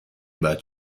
باید